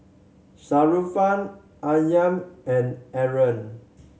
Sharifah Aryan and Aaron